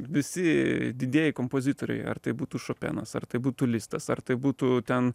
visi didieji kompozitoriai ar tai būtų šopenas ar tai būtų listas ar tai būtų ten